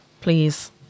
Please